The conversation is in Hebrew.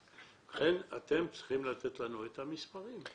לכן, אתם צריכים לתת לנו את המספרים.